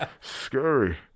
Scary